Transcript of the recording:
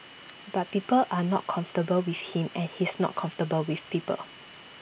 but people are not comfortable with him and he's not comfortable with people